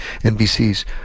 NBC's